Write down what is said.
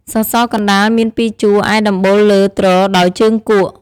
សសរ កណ្តាលមានពីរជួរ ឯដំបូលលើទ្រដោយជើងគក។